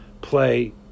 play